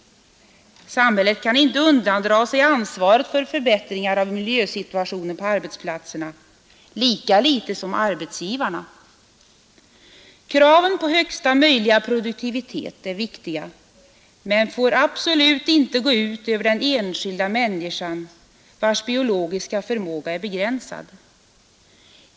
Samhället kan, lika litet som arbetsgivarna, undandra sig ansvaret för förbättringar av miljösituationen på arbetsplatserna. Kraven på högsta möjliga produktivitet är viktiga, men de får inte gå ut över den enskilda människan, vars biologiska förmåga är begränsad.